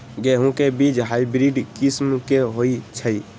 गेंहू के बीज हाइब्रिड किस्म के होई छई?